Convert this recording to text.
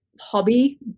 hobby